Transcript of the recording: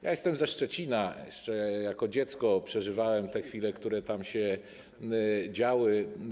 Ja jestem ze Szczecina, jeszcze jako dziecko przeżywałem te chwile, które tam się działy.